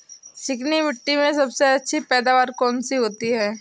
चिकनी मिट्टी में सबसे अच्छी पैदावार कौन सी होती हैं?